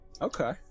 okay